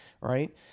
right